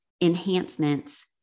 enhancements